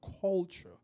culture